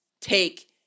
take